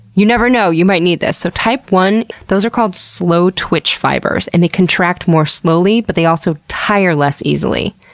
you never know. you might need this. so type i, those are called slow-twitch fibers. and they contract more slowly but they also tire less easily.